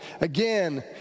again